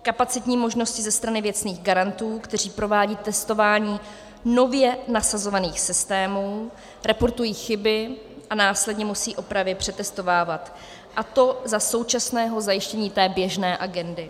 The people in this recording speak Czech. kapacitní možnosti ze strany věcných garantů, kteří provádějí testování nově nasazovaných systémů, reportují chyby a následně musí opravy přetestovávat, a to za současného zajištění té běžné agendy;